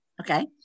Okay